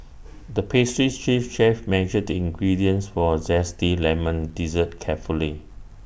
the pastry chief chef measured the ingredients for A Zesty Lemon Dessert carefully